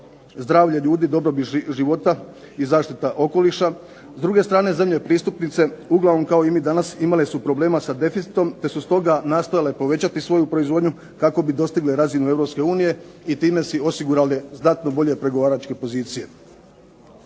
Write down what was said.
zdravlje ljudi i zaštita okoliša. S druge strane zemlje pristupnice uglavnom kao i mi danas imale su problema sa deficitom, te su stoga nastojale povećati svoju proizvodnju, kako bi dostigle razinu Europske unije i time si osigurali značajne bolje pregovaračke pozicije.